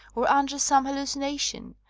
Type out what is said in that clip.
or under some hallucination,